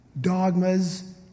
dogmas